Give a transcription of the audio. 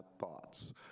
thoughts